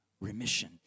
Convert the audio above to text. remission